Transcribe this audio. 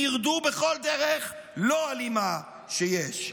מרדו בכל דרך לא אלימה שיש.